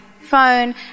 phone